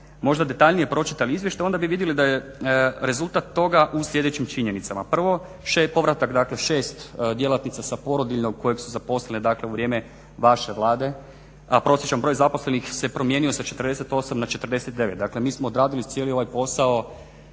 možda detaljnije pročitali izvještaj onda bi vidjeli da je rezultat toga u sljedećim činjenicama. Prvo povratak 6 djelatnica sa porodiljnog koje su zaposlene dakle u vrijeme vaše Vlade. Prosječan broj zaposlenih se promijenio sa 48 na 49. Dakle, mi smo odradili cijeli ovaj posao.